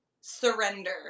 surrender